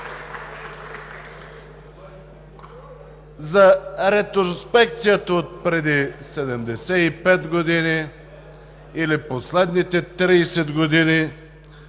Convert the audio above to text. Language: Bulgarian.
За ретроспекцията отпреди 75 години или последните 30 години,